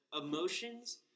emotions